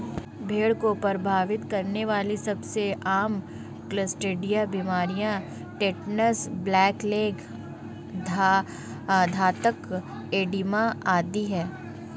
भेड़ को प्रभावित करने वाली सबसे आम क्लोस्ट्रीडिया बीमारियां टिटनेस, ब्लैक लेग, घातक एडिमा आदि है